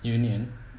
union